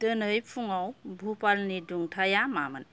दिनै फुङाव भुपालनि दुंथाइया मामोन